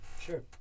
Sure